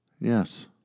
Yes